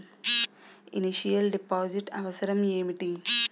Initial deposit అవసరం ఏమిటి?